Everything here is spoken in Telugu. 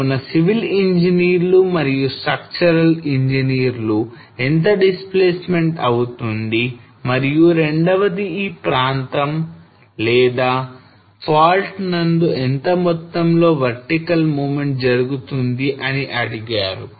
కావున సివిల్ ఇంజనీర్లు మరియు స్ట్రక్చరల్ ఇంజనీర్లు ఎంత displacement అవుతుంది మరియు రెండవది ఈ ప్రాంతం లేదా fault నందు ఎంత మొత్తంలో vertical movement జరుగుతుంది అని అడిగారు